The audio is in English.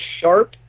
sharp